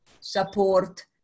support